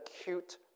acute